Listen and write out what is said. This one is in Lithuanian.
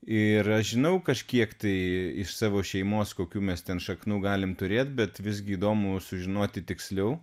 ir aš žinau kažkiek tai iš savo šeimos kokių mes ten šaknų galim turėt bet visgi įdomu sužinoti tiksliau